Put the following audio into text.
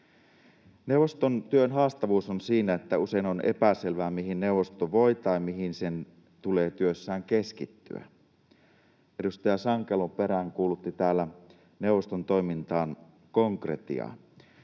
Neuvoston työn haastavuus on siinä, että usein on epäselvää, mihin neuvosto voi tai mihin sen tulee työssään keskittyä. Edustaja Sankelo peräänkuulutti täällä neuvoston toimintaan konkretiaa.